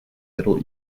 middle